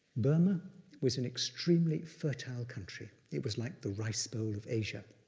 burma was an extremely fertile country. it was like the rice bowl of asia.